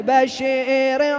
Bashir